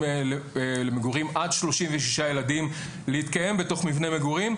למגורים עד 36 ילדים להתקיים בתוך מבנה מגורים,